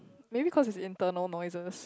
maybe cause it's internal noises